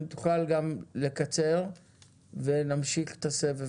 אם תוכל לקצר בדבריך ואז נמשיך את הסבב,